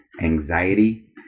anxiety